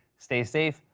stay safe,